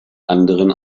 anderen